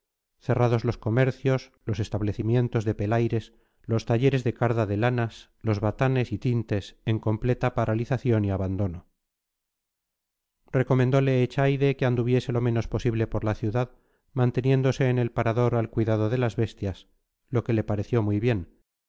cerrados los comercios los establecimientos de pelaires los talleres de carda de lanas los batanes y tintes en completa paralización y abandono recomendole echaide que anduviese lo menos posible por la ciudad manteniéndose en el parador al cuidado de las bestias lo que le pareció muy bien